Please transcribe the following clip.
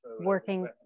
working